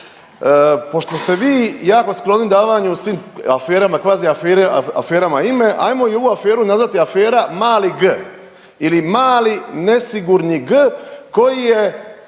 Pošto ste vi jako skloni davanju svim aferama, kvaziaferama ime, ajmo i ovu aferu nazvati afera mali G ili mali nesigurni G, koji je